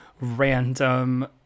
random